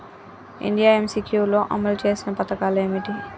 India MCQ లో అమలు చేసిన పథకాలు ఏమిటి?